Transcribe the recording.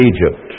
Egypt